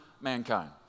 mankind